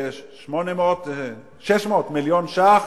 ש-600 מיליון ש"ח